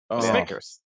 Snickers